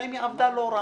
בינתיים היא עבדה לא רע,